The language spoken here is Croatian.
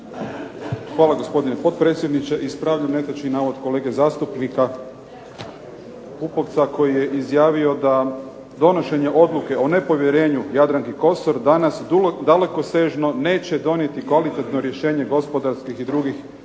Hvala gospodine potpredsjedniče. Ispravljam netočni navod kolege zastupnika Pupovca koji je izjavio da donošenje odluke o nepovjerenju Jadranki Kosor danas dalekosežno neće donijeti kvalitetno rješenje gospodarskih i drugih